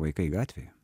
vaikai gatvėje